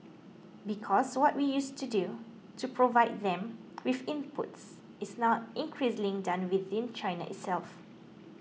because what we used to do to provide them with inputs is now increasingly done within China itself